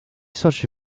such